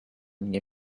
mnie